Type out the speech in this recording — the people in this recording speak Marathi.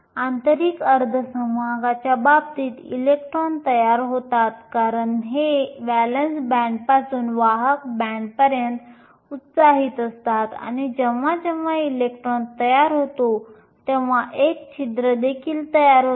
आंतरिक अर्धसंवाहकाच्या बाबतीत इलेक्ट्रॉन तयार होतात कारण ते व्हॅलेन्स बँडपासून वाहक बँडपर्यंत उत्साहित असतात आणि जेव्हा जेव्हा इलेक्ट्रॉन तयार होतो तेव्हा एक छिद्र देखील तयार होते